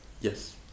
Yes